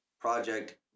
project